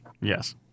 Yes